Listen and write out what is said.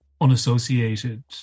unassociated